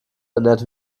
ernährt